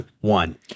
one